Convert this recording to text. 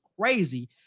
crazy